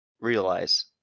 realize